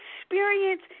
experience